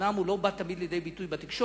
שאומנם לא תמיד בא לידי ביטוי בתקשורת,